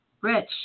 Rich